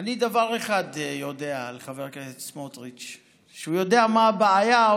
אני דבר אחד יודע על חבר הכנסת סמוטריץ' כשהוא יודע מה הבעיה,